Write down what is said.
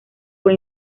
fue